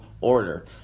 order